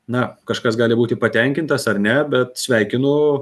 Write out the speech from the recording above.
na kažkas gali būti patenkintas ar ne bet sveikinu